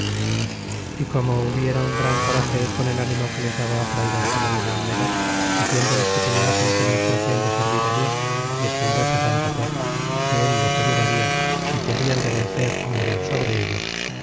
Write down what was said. y como hubieron gran corage con el ánimo que les daba fray bartolomé de olmedo diciéndoles que peleasen con intencion de servir á dios y extender su santa fe que el los ayudaria y que hablan de vencer ó morir sobre ello